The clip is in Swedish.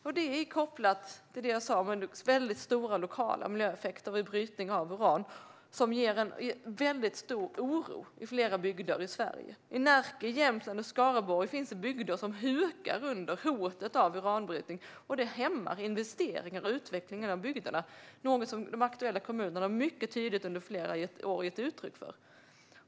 Jo, den är kopplad till det jag sa om stora lokala miljöeffekter vid brytning av uran som ger stor oro i flera bygder i Sverige. I Närke, Jämtland och Skaraborg finns det bygder som hukar under hotet av uranbrytning. Det hämmar investeringar och utveckling i de bygderna, något som de aktuella kommunerna under flera år mycket tydligt har gett uttryck för.